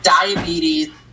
diabetes